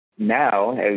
Now